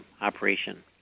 operation